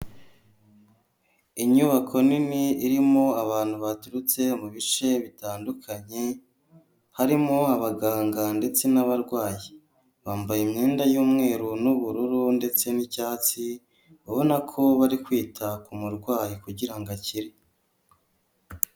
Inyubako nini irimo abantu baturutse mu bice bitandukanye, harimo abaganga ndetse n'abarwayi, bambaye imyenda y'umweru n'ubururu ndetse n'icyatsi, ubona ko bari kwita ku murwayi kugira ngo akire.